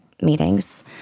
meetings